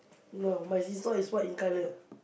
no but his sock is white in colour